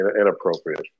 inappropriate